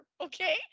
okay